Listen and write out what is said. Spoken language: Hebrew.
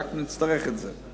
אלא רק אם נצטרך את זה.